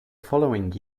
following